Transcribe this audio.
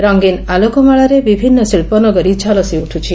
ରଙ୍ଗୀନ ଆଲୋକମାଳାରେ ବିଭିନ୍ନ ଶି ୍ବ ନଗରୀ ଝଲସି ଉଠୁଛି